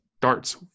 darts